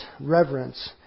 reverence